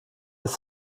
ist